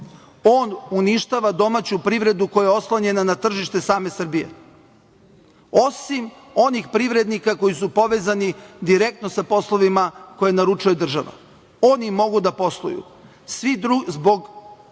on uništava domaću privredu koja je oslonjena na tržište same Srbije, osim onih privrednika koji su povezani direktno sa poslovima koje naručuje država. Oni mogu da posluju, zbog